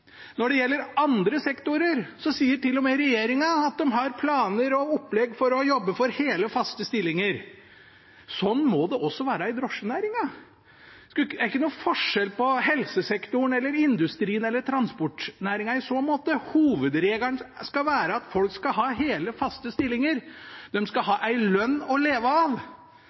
Når det gjelder andre sektorer, sier til og med regjeringen at de har planer og opplegg for å jobbe for hele, faste stillinger. Sånn må det også være i drosjenæringen. Det er ingen forskjell på helsesektoren, industrien eller transportnæringen i så måte. Hovedregelen skal være at folk skal ha hele, faste stillinger. De skal ha en lønn å leve av.